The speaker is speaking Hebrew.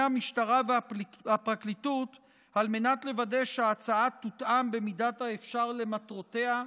המשטרה והפרקליטות על מנת לוודא שההצעה תותאם במידת האפשר למטרותיה,